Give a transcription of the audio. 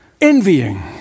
envying